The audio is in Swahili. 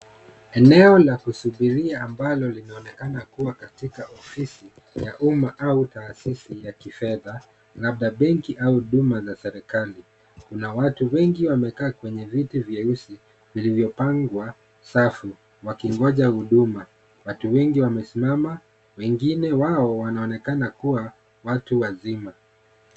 Eneo la kusubiria ambalo linaonekana kuwa katika ofisi ya umma au taasisi ya kifedha, labda benki au huduma za serikali. Kuna watu wengi wamekaa kwenye viti vyeusi, vilivyopangwa safu wakingoja huduma. Watu wengi wamesimama, wengine wao wanaonekana kuwa watu wazima.